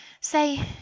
Say